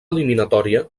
eliminatòria